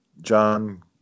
John